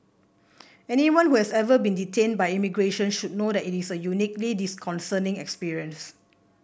anyone who has ever been detained by immigration would know that it is a uniquely disconcerting experience